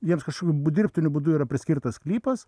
jiems kažkokiu bu dirbtiniu būdu yra priskirtas sklypas